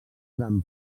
gran